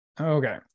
okay